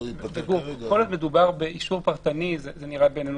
עד עכשיו מהניסיון שלנו זה עובד לא רע.